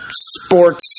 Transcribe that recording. sports